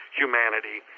humanity